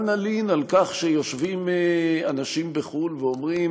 מה נלין על כך שיושבים אנשים בחו"ל ואומרים: